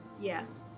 Yes